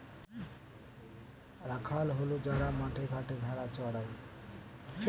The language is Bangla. রাখাল হল যারা মাঠে ঘাটে ভেড়া চড়ায়